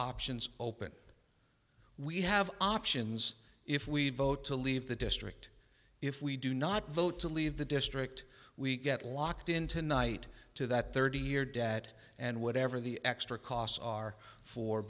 options open we have options if we vote to leave the district if we do not vote to leave the district we get locked into night to that thirty year debt and whatever the extra costs are for